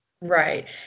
Right